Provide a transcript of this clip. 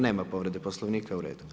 Nema povrede Poslovnika, u redu.